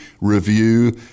review